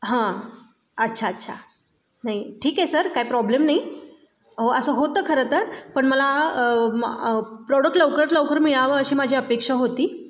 हां अच्छा अच्छा नाही ठीक आहे सर काय प्रॉब्लेम नाही हो असं होतं खरं तर पण मला प्रॉडक्ट लवकरात लवकर मिळावं अशी माझी अपेक्षा होती